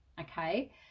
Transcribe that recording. okay